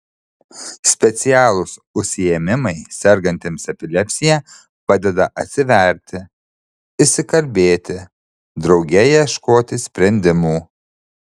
specialūs užsiėmimai sergantiems epilepsija padeda atsiverti išsikalbėti drauge ieškoti sprendimų